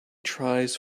tries